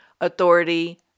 Authority